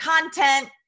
content